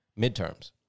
midterms